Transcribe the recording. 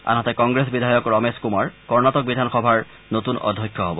আনহতে কংগ্ৰেছ বিধায়ক ৰমেশ কুমাৰ কণটিক বিধানসভাৰ নতুন অধক্ষ্য হ'ব